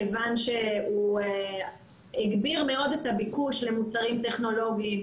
כיוון שהוא הגביר מאוד את הביקוש למוצרים טכנולוגיים,